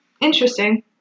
Interesting